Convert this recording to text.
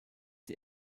die